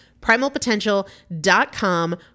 Primalpotential.com